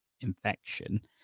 infection